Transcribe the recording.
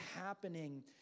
happening